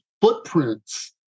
footprints